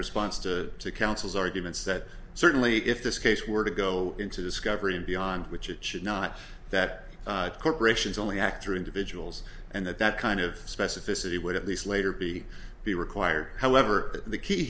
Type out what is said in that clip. response to the counsel's arguments that certainly if this case were to go into discovery and beyond which it should not that corporations only act or individuals and that that kind of specificity would at least later be be required however the key